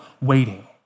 waiting